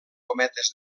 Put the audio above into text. cometes